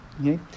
okay